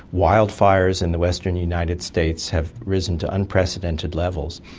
wildfires in the western united states have risen to unprecedented levels.